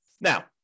now